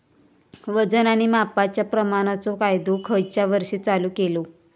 वजन आणि मापांच्या प्रमाणाचो कायदो खयच्या वर्षी चालू केलो?